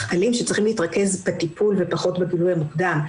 אלים שצריכים להתרכז בטיפול ובפחות בגילוי המוקדם.